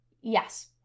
Yes